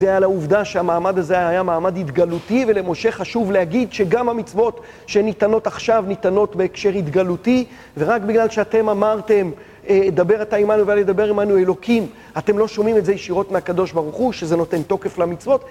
זה היה על עובדה שהמעמד הזה היה מעמד התגלותי, ולמשה חשוב להגיד שגם המצוות שניתנות עכשיו ניתנות בהקשר התגלותי, ורק בגלל שאתם אמרתם "דבר אתה עמנו ואל ידבר עמנו אלוקים", אתם לא שומעים את זה ישירות מהקדוש ברוך הוא, שזה נותן תוקף למצוות.